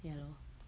ya lor